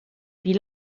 wie